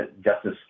Justice